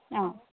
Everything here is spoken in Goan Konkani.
आ